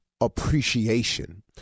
appreciation